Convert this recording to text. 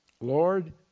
Lord